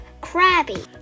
crabby